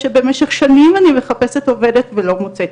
שבמשך שנים אני מחפשת עובדת ולא מוצאת.